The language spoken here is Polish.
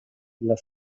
dla